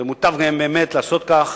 ומוטב להם באמת לעשות כך.